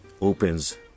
opens